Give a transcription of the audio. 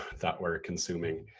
that we're consuming.